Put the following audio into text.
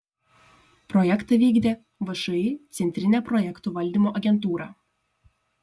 projektą vykdė všį centrinė projektų valdymo agentūra